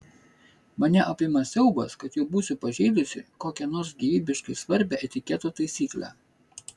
mane apima siaubas kad jau būsiu pažeidusi kokią nors gyvybiškai svarbią etiketo taisyklę